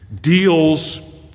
deals